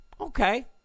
Okay